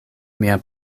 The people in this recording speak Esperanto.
mia